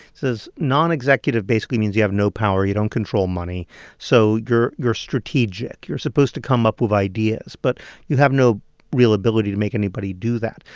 nonexecutive basically means you have no power you don't control money so you're you're strategic you're supposed to come up with ideas, but you have no real ability to make anybody do that.